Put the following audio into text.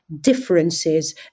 differences